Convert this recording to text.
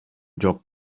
жок